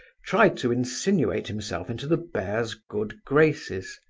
tried to insinuate himself into the bear's good graces.